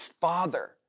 father